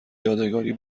یادگاری